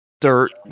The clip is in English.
dirt